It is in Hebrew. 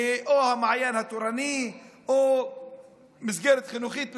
או למעיין התורני או למסגרת חינוכית מסוימת,